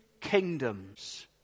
kingdoms